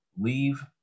leave